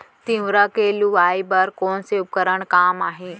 तिंवरा के लुआई बर कोन से उपकरण काम आही?